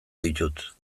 ditut